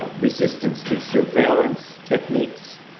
ah resistance to surveillance techniques.